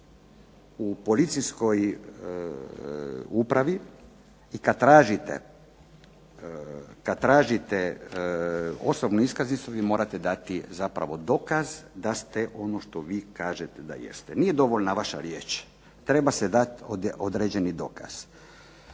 u policijsku upravu i kad tražite osobnu iskaznicu vi morate dati zapravo dokaz da ste ono što vi kažete da jeste. Nije dovoljna vaša riječ, treba se dati određeni dokaz.